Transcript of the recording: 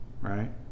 right